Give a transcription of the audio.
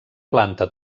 planta